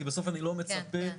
כי בסוף אני לא מצפה -- כן,